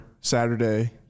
Saturday